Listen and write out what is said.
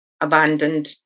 abandoned